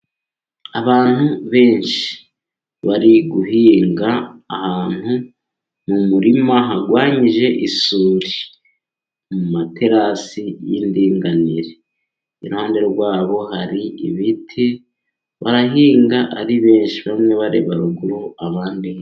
Abantu benshi bari guhinga ahantu mu murima, harwanyije isuri mu materasi y'indinganire, iruhande rwabo hari ibiti barahinga ari benshi, bamwe bareba ruguru abandi hepfo.